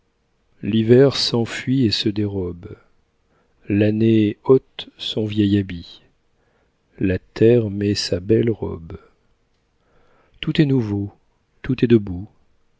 l'hiver s'enfuit et se dérobe l'année ôte son vieil habit la terre met sa belle robe tout est nouveau tout est debout